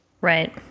Right